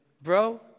bro